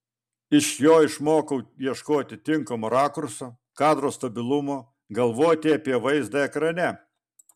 iš jo išmokau ieškoti tinkamo rakurso kadro stabilumo galvoti apie vaizdą ekrane